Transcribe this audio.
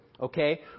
Okay